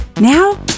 Now